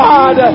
God